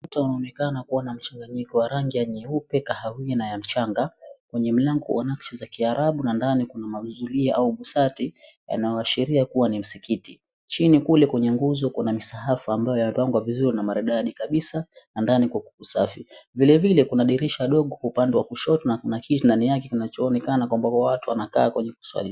Ukuta unaoonekana kuwa na mchanganyiko wa rangi ya nyeupe, kahawia, na ya mchanga, wenye mlango wa nakshi za Kiarabu, na ndani kuna mazulia au msathi yanayoashiria kuwa ni msikiti. Chini kule kwenye nguzo kuna misaafu ambayo yamepangwa vizuri na maridadi kabisa, na ndani kuko kusafi. Vilevile, kuna dirisha dogo kwa upande wa kushoto, na kuna kitu ndani yake kinachoonekana kwamba huwa watu wanakaa kwenye kuswali.